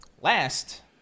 last